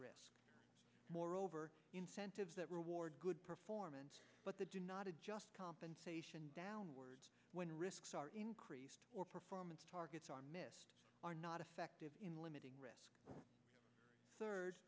risk moreover incentives that reward good performance but the do not adjust compensation downward when risks are increased or performance targets are missed are not effective in limiting risk third